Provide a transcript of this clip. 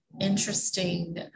interesting